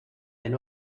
del